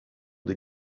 des